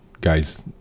guy's